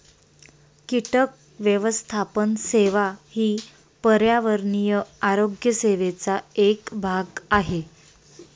कीटक व्यवस्थापन सेवा ही पर्यावरणीय आरोग्य सेवेचा एक भाग आहे